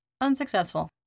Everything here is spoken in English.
unsuccessful